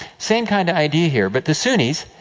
same kind of idea, here. but the sunnis,